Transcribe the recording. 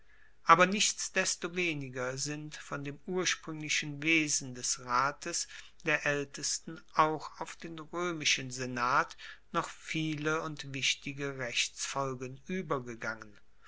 aber nichtsdestoweniger sind von dem urspruenglichen wesen des rates der aeltesten auch auf den roemischen senat noch viele und wichtige rechtsfolgen uebergegangen